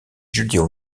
judéo